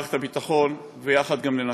במערכת הביטחון, ויחד גם ננצח.